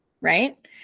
Right